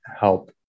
help